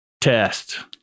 test